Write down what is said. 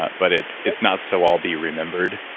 but but it's it's not so i'll be remembered.